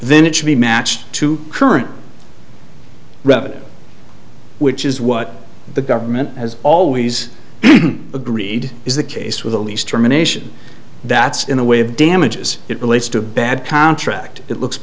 then it should be matched to current revenue which is what the government has always agreed is the case with a lease germination that's in the way of damages it relates to bad contract it looks